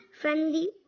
friendly